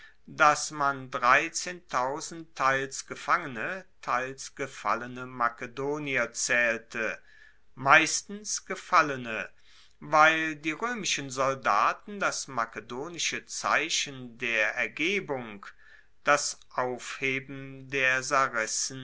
dass man teils gefangene teils gefallene makedonier zaehlte meistens gefallene weil die roemischen soldaten das makedonische zeichen der ergebung das aufheben der